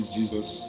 jesus